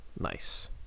Nice